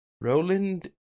Roland